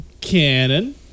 Cannon